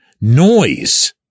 noise